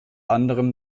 anderem